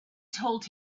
told